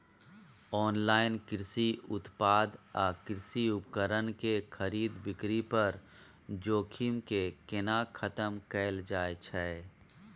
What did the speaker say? Online कृषि उत्पाद आ कृषि उपकरण के खरीद बिक्री पर जोखिम के केना खतम कैल जाए छै?